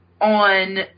on